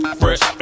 fresh